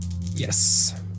Yes